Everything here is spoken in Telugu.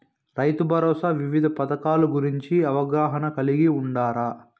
రైతుభరోసా వివిధ పథకాల గురించి అవగాహన కలిగి వుండారా?